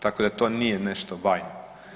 Tako da to nije nešto bajno.